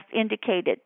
indicated